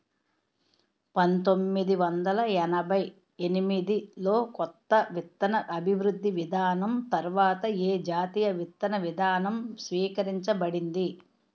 పంతోమ్మిది వందల ఎనభై ఎనిమిది లో కొత్త విత్తన అభివృద్ధి విధానం తర్వాత ఏ జాతీయ విత్తన విధానం స్వీకరించబడింది?